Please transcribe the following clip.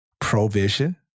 provision